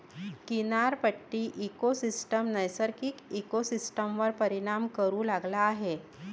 किनारपट्टी इकोसिस्टम नैसर्गिक इकोसिस्टमवर परिणाम करू लागला आहे